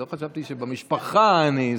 לא חשבתי שבמשפחה אני,